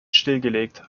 stillgelegt